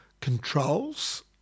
controls